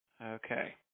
Okay